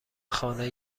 خانه